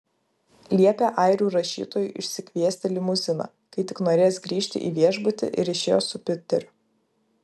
liepė airių rašytojui išsikviesti limuziną kai tik norės grįžti į viešbutį ir išėjo su piteriu